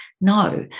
No